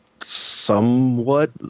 somewhat